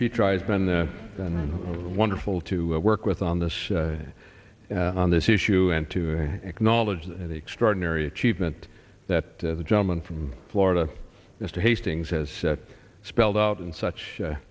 been the wonderful to work with on this on this issue and to acknowledge that extraordinary achievement that the gentleman from florida mr hastings has set spelled out in such